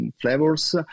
flavors